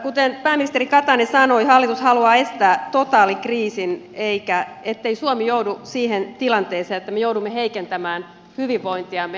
kuten pääministeri katainen sanoi hallitus haluaa estää totaalikriisin ettei suomi joudu siihen tilanteeseen että me joudumme heikentämään hyvinvointiamme